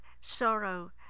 sorrow